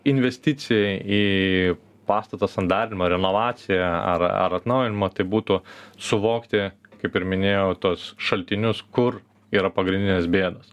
investicijai į pastato sandarinimą renovaciją ar ar atnaujinimą tai būtų suvokti kaip ir minėjau tuos šaltinius kur yra pagrindinės bėdos